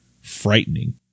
frightening